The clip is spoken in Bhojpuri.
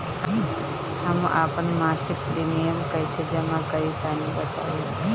हम आपन मसिक प्रिमियम कइसे जमा करि तनि बताईं?